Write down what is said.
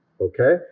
okay